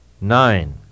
Nine